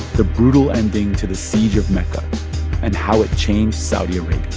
the brutal ending to the siege of mecca and how it changed saudi arabia